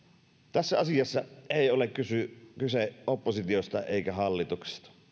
tässä asiassa ei ole kyse kyse oppositiosta eikä hallituksesta